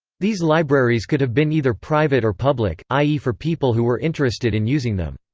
these libraries could have been either private or public, i e for people who were interested in using them.